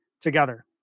together